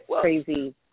crazy